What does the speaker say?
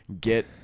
get